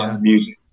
music